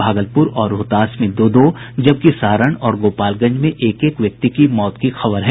भागलपुर और रोहतास में दो दो जबकि सारण और गोपालगंज में एक एक व्यक्ति की मौत की खबर है